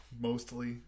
mostly